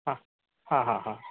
ಆಂ ಹಾಂ ಹಾಂ ಹಾಂ